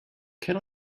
can